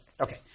Okay